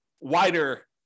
wider